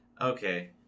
Okay